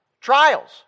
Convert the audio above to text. Trials